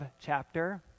chapter